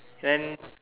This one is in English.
then